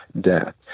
death